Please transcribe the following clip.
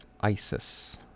Isis